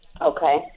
Okay